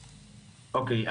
אוקיי.